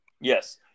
Yes